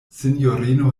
sinjorino